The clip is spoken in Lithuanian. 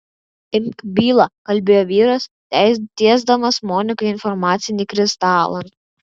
imk bylą kalbėjo vyras tiesdamas monikai informacinį kristalą